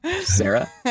sarah